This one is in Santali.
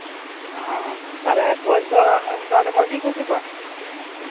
ᱚ ᱛᱟᱦᱞᱮ ᱠᱳᱪ ᱫᱚ ᱱᱮᱛᱟᱨ ᱫᱚ ᱢᱚᱡᱽ ᱜᱮᱭ ᱠᱳᱪᱮᱫ ᱠᱚᱣᱟ